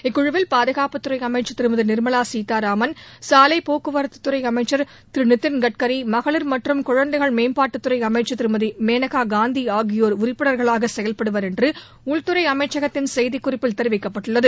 இக்குமுவில் பாதுகாப்பு துறை அமைச்சர் திருமதி நிர்மலா சீதாராமன் சாலை போக்குவரத்து துறை அமைச்சர் திரு நிதின் கட்காரி மகளிர் மற்றும் குழந்தைகள் மேம்பாட்டுத் துறை அமைச்சர் திருமதி மேளகா காந்தி ஆகியோர் உறுப்பினர்களாக செயல்படுவர் என்று உள்துறை அமைச்சகத்தின் செய்திக்குறிப்பில் தெரிவிக்கப்பட்டுள்ளது